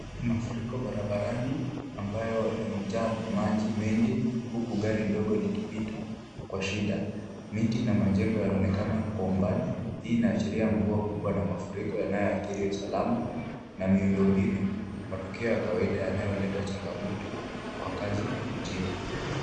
Mafuriko barabarani ambayo yamejaa maji mengi huku gari ndogo likipita kwa shida. Miti na majengo yanaonekana kwa umbali ,hii inaashiria mvua kubwa na mafuriko yanayoathiri usalama na miundombinu, matukio ya kawaida yanaoleta changamoto kwa kazi nchini.